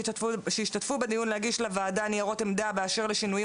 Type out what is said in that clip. שהשתתפו בדיון להגיש לוועדה ניירות עמדה באשר לשינויים